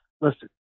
Listen